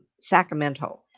Sacramento